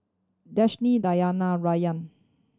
Danish Diyana Rayyan